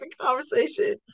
conversation